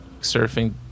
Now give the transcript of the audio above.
surfing